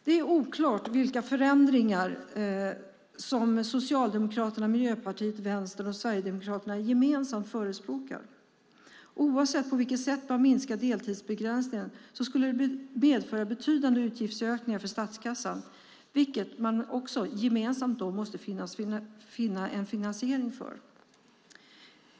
Det är oklart vilka förändringar som Socialdemokraterna, Miljöpartiet, Vänstern och Sverigedemokraterna gemensamt förespråkar. Oavsett på vilket sätt man minskar deltidsbegränsningen skulle det medföra betydande utgiftsökningar för statskassan, vilket man också gemensamt måste finna en finansiering för.